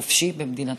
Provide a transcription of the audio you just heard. חופשי במדינתו.